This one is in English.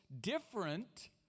different